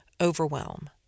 overwhelm